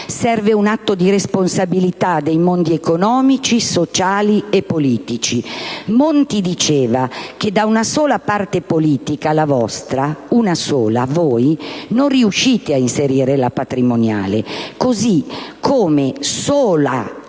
Serve un atto di responsabilità dei mondi economici, sociali e politici. Monti diceva che da sola una parte politica (la vostra) non riesce ad inserire la patrimoniale, così come da